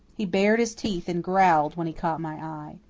he bared his teeth and growled when he caught my eye.